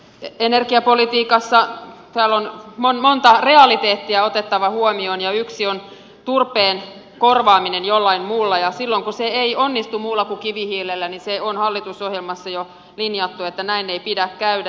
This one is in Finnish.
energiapolitiikassa täällä on monta realiteettia otettava huomioon ja yksi on turpeen korvaaminen jollain muulla ja silloin kun se ei onnistu muulla kuin kivihiilellä niin se on hallitusohjelmassa jo linjattu että näin ei pidä käydä